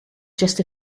just